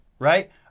Right